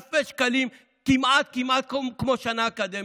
אלפי שקלים, כמעט כמעט כמו שנה אקדמית.